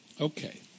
Okay